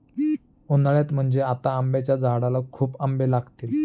उन्हाळ्यात म्हणजे आता आंब्याच्या झाडाला खूप आंबे लागतील